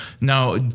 Now